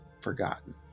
forgotten